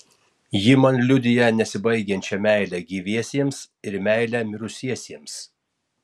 ji man liudija nesibaigiančią meilę gyviesiems ir meilę mirusiesiems